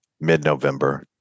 mid-November